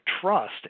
Trust